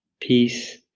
peace